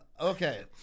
Okay